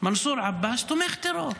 מנסור עבאס תומך טרור.